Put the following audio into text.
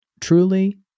truly